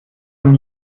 dem